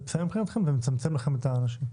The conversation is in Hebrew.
זה בסדר מבחינתכם או שזה מצמצם לכם את האנשים?